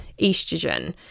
estrogen